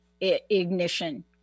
ignition